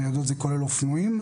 ניידות זה כולל אופנועים.